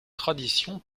tradition